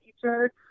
teacher